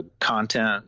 content